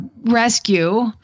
rescue